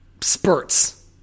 spurts